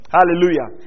Hallelujah